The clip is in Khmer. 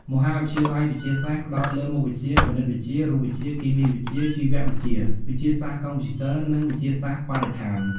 មហាវិទ្យាល័យវិទ្យាសាស្ត្រ ផ្តោតលើមុខវិជ្ជាគណិតវិទ្យា រូបវិទ្យា គីមីវិទ្យា ជីវវិទ្យា វិទ្យាសាស្រ្តកុំព្យូទ័រ និងវិទ្យាសាស្ត្របរិស្ថាន។